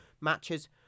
matches